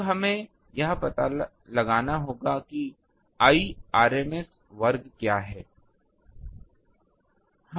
अब हमें यह पता लगाना होगा कि Irms वर्ग क्या है